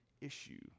issue